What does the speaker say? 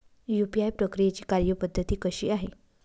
UPI प्रक्रियेची कार्यपद्धती कशी आहे?